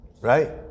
Right